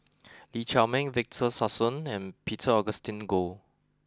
Lee Chiaw Meng Victor Sassoon and Peter Augustine Goh